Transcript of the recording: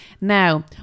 now